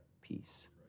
peace